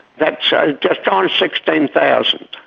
that's just on sixteen thousand,